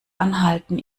anhalten